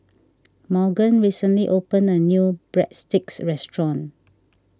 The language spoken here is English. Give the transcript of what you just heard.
Morgan recently opened a new Breadsticks restaurant